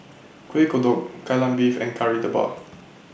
Kueh Kodok Kai Lan Beef and Kari Debal